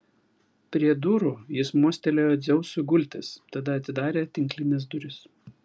prie durų jis mostelėjo dzeusui gultis tada atidarė tinklines duris